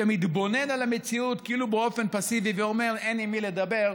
שמתבונן על המציאות כאילו באופן פסיבי ואומר: אין עם מי לדבר,